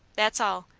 that's all.